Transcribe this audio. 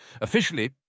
Officially